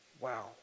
wow